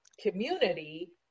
community